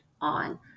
on